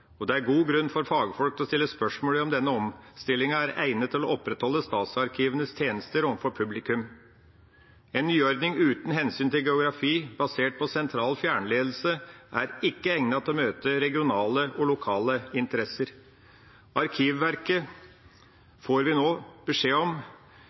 og det er god grunn for fagfolk til å stille spørsmål ved om denne omstillingen er egnet til å opprettholde statsarkivenes tjenester overfor publikum. En nyordning uten hensyn til geografi, basert på sentral fjernledelse, er ikke egnet til å møte regionale og lokale interesser.